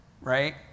right